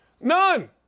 None